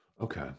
Okay